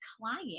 client